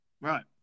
Right